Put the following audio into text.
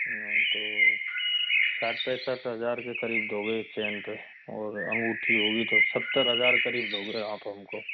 हाँ तो साठ पैंसठ हजार के करीब दोगे इस चेन पे और अंगूठी होगी तो सत्तर हजार करीब दोगे आप हमको